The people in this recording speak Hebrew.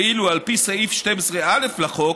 ואילו על פי סעיף 12(א) לחוק,